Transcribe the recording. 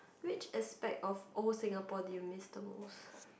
which aspect of old Singapore did you miss the most